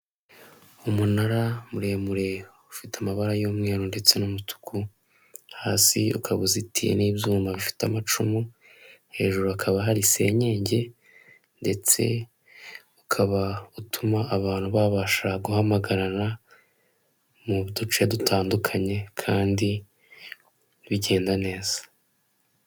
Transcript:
Umunara muremure ufite amabara y'umweru ndetse n'umutuku, hasi ukaba uzitiye n'ibyuma bifite amacumu, hejuru hakaba hari senyegi ndetse ukaba utuma abantu babasha guhamagararana mu duce dutandukanye kandi bigenda neza.